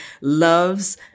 loves